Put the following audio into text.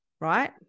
right